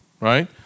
right